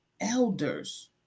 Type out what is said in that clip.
elders